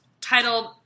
titled